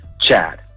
Chad